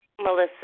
Melissa